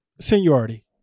Seniority